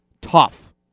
Tough